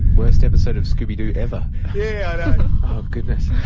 worst episode of scooby doo ever. yeah goodness.